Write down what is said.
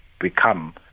become